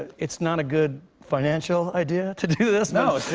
it's not a good financial idea to do this. no.